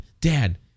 dad